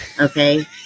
Okay